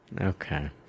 Okay